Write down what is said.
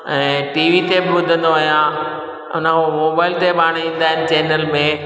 ऐं T V ते बि ॿुधंदो आहियां अन उहो मोबाइल ते बि हाणे ईंदा आहिनि चेनल में